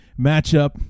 matchup